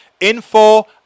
Info